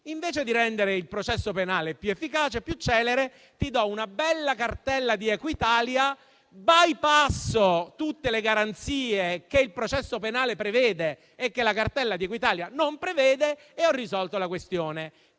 invece di rendere il processo penale più efficace e più celere, manda una bella cartella di Equitalia, bypassa tutte le garanzie che il processo penale prevede e che invece la cartella di Equitalia non prevede e così risolve la questione.